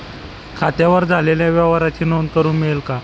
खात्यावर झालेल्या व्यवहाराची नोंद करून मिळेल का?